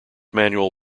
manual